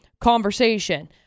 conversation